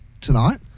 tonight